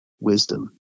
wisdom